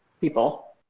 people